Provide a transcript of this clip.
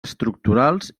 estructurals